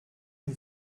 une